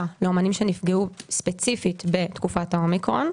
לאמנים שנפגעו ספציפית בתקופת האומיקרון,